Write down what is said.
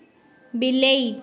ବିଲେଇ